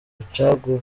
rucagu